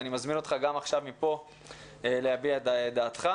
אני מזמין אותך גם עכשיו מפה להביע את דעתך,